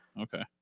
okay